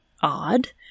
odd